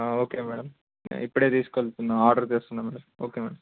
okay madam ఇప్పుడే తీసుకు వెళ్తున్నాను ఆర్డర్ తెస్తున్నాను మ్యాడమ్ ఓకే మ్యాడమ్